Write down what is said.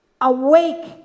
awake